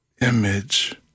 image